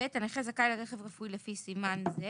הנכה זכאי לרכב רפואי לפי סימן זה